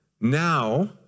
Now